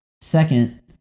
Second